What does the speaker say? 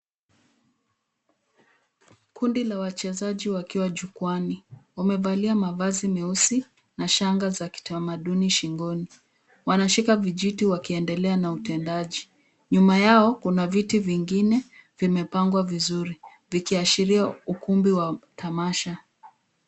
Kundi la wachezaji wakiwa jukwaani, wamevalia mavazi meusi na shanga za kitamaduni shingoni. Waashika vijiti wakiendelea na utendaji. Nyuma yao kuna viti vingine vimepangwa vizuri vikiashiria ukumbi wa tamasha.